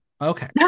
Okay